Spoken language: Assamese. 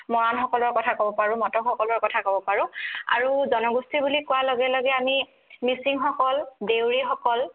মৰানসকলৰ কথা ক'ব পাৰোঁ মটকসকলৰ কথা ক'ব পাৰোঁ আৰু জনগোষ্ঠী বুলি কোৱাৰ লগে লগে আমি মিচিংসকল দেউৰীসকল